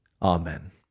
Amen